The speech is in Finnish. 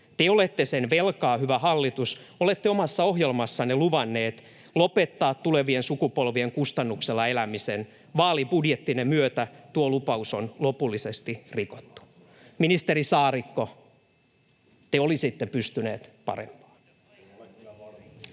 Te olette sen velkaa, hyvä hallitus. Olette omassa ohjelmassanne luvanneet lopettaa tulevien sukupolvien kustannuksella elämisen. Vaalibudjettinne myötä tuo lupaus on lopullisesti rikottu. Ministeri Saarikko, te olisitte pystynyt parempaan.